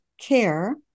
care